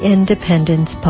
Independence